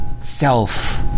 self